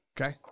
Okay